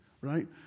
right